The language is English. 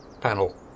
panel